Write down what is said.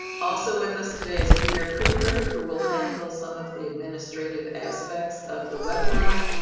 also with us today is peter cooper, who will handle some of the administrative aspects of the webinar.